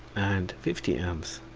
and fifty and a.